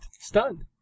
stunned